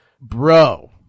bro